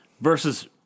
versus